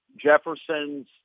Jefferson's